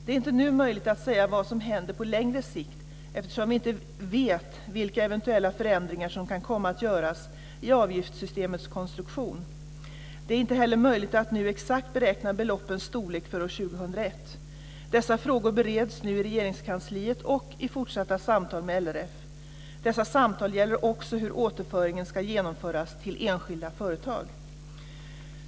Det är inte nu möjligt att säga vad som händer på längre sikt eftersom vi inte vet vilka eventuella förändringar som kan komma att göras i avgiftssystemens konstruktion. Det är inte heller möjligt att nu exakt beräkna beloppens storlek för år 2001. Dessa frågor bereds nu i Regeringskansliet och i fortsatta samtal med LRF. Dessa samtal gäller också hur återföringen ska genomföras till enskilda företag.